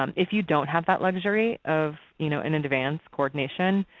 um if you don't have that luxury of you know an advanced coordination,